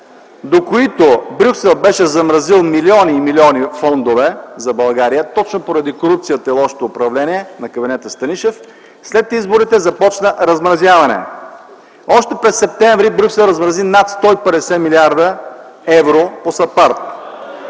до които Брюксел беше замразил милиони, милиони от фондове за България точно поради корупцията и лошото управление на кабинета Станишев, започна размразяване. Още през м. септември Брюксел размрази над 150 млрд. евро по САПАРД.